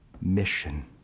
Mission